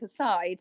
aside